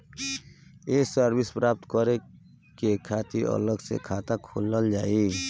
ये सर्विस प्राप्त करे के खातिर अलग से खाता खोलल जाइ?